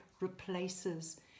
replaces